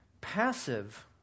passive